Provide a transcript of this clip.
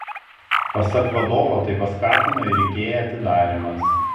pasak vadovo tai paskatino ir ikea atidarymas